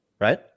right